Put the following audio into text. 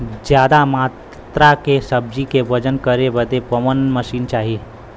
ज्यादा मात्रा के सब्जी के वजन करे बदे कवन मशीन चाही?